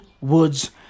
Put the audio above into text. Woods